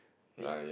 if